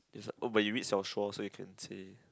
it's a oh but you read 小说 so you can say